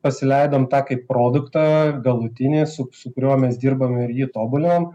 pasileidom tą kaip produktą galutinį su su kuriuo mes dirbam ir jį tobulinam